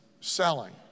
selling